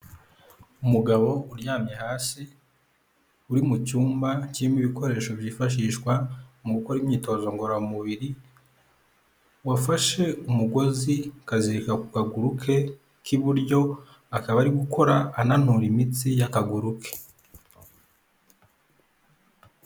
Umugabo uryamye hasi uri mu cyumba kirimo ibikoresho byifashishwa mu gukora imyitozo ngororamubiri wafashe umugozi akazirika ku kaguru ke k'iburyo akaba ari gukora ananura imitsi y'akaguru ke.